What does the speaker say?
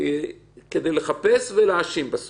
אומרים: איסור כזה אתה לא יכול להחיל אותו אחורה.